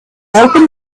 open